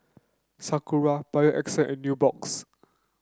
Sakura Bio Essence and Nubox